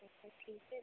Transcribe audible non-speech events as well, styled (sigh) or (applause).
(unintelligible) ठीक है